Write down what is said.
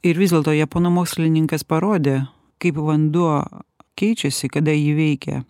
ir vis dėlto japonų mokslininkas parodė kaip vanduo keičiasi kada jį veikia